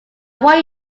want